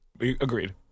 Agreed